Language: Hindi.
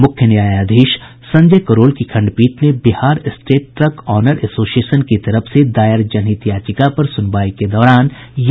मुख्य न्यायाधीश संजय करोल की खंडपीठ ने Bihar state truck owner association की तरफ से दायर जनहित याचिका पर सुनवाई के दौरान यह आदेश सुनाया